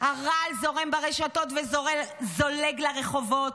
הרעל זורם ברשתות וזולג לרחובות,